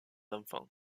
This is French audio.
enfants